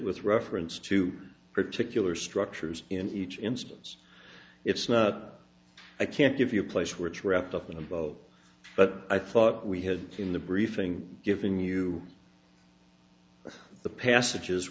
with reference to particular structures in each instance it's not i can't give you a place which wrapped up in a boat but i thought we had in the briefing given you the passages